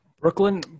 Brooklyn